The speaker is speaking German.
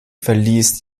verließ